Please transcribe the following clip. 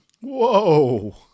Whoa